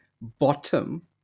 bottom